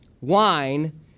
wine